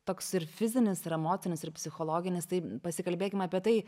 toks ir fizinis ir emocinis ir psichologinis tai pasikalbėkim apie tai